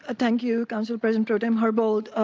ah thank you, council president but um herbold.